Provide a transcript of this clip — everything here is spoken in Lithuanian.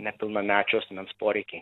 nepilnamečio asmens poreikiai